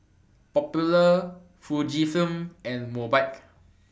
Popular Fujifilm and Mobike